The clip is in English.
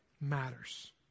matters